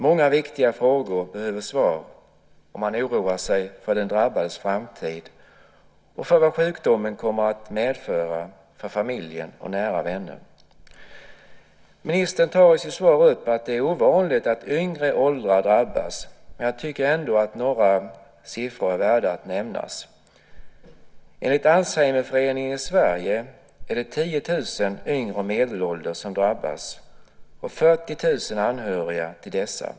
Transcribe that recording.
Många viktiga frågor behöver svar, och man oroar sig för den drabbades framtid och för vad sjukdomen kommer att medföra för familjen och nära vänner. Ministern tar i sitt svar upp att det är ovanligt att yngre åldrar drabbas. Jag tycker ändå att några siffror är värda att nämnas. Enligt Alzheimerföreningen i Sverige är det 10 000 yngre och medelålders som drabbas och 40 000 anhöriga till dessa.